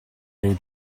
new